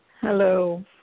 Hello